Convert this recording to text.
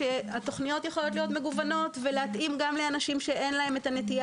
התוכניות יכולות להיות מגוונות ולהתאים גם לאנשים שאין להם את הנטייה